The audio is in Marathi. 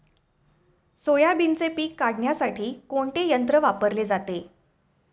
सोयाबीनचे पीक काढण्यासाठी कोणते यंत्र वापरले जाते?